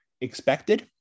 expected